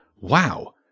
Wow